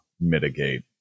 mitigate